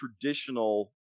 traditional